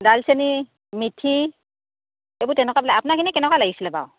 দালচেনি মিঠি এইবোৰ তেনেকুৱা লাগে আপোনাক কেনে কেনেকুৱা লাগিছিলে বাৰু